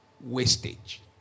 wastage